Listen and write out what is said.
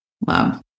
Wow